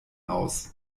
aus